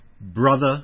Brother